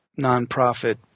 nonprofit